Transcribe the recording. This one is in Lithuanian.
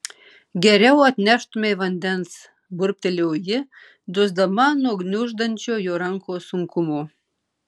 geriau atneštumei vandens burbtelėjo ji dusdama nuo gniuždančio jo rankos sunkumo